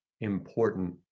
important